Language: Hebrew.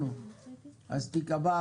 כי נושא התקשורת